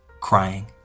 Crying